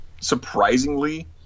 surprisingly